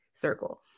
circle